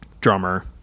Drummer